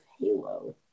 halo